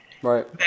Right